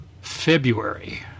february